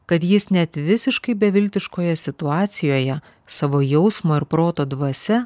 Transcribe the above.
kad jis net visiškai beviltiškoje situacijoje savo jausmo ir proto dvasia